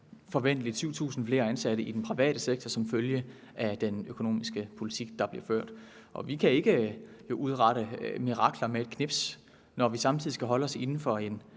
forventeligt 7.000 flere ansatte i den private sektor som følge af den økonomiske politik, der bliver ført. Vi kan ikke udrette mirakler med et fingerknips, når vi samtidig skal holde os inden for en